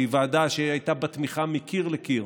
שהיא ועדה שהייתה בה תמיכה מקיר לקיר